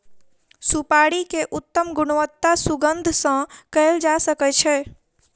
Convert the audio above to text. सुपाड़ी के उत्तम गुणवत्ता सुगंध सॅ कयल जा सकै छै